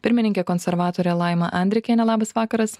pirmininkė konservatorė laima andrikienė labas vakaras